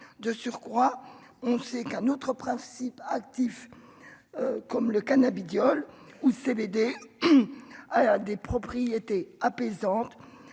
de surcroît, on sait qu'un autre principe actif, comme le cannabidiol, ou CBD a des propriétés apaisantes